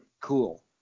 Cool